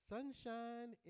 Sunshine